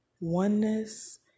oneness